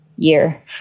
year